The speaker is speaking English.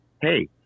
hey